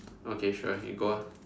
okay sure you go ah